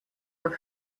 were